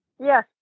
yes